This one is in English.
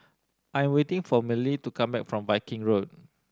I'm waiting for Mellie to come back from Viking Road